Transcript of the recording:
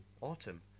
autumn